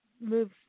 Move